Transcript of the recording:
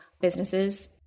businesses